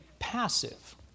passive